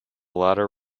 latter